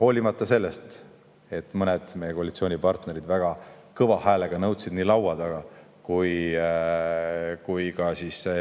hoolimata sellest, et mõned meie koalitsioonipartnerid väga kõva häälega nõudsid nii laua taga kui ka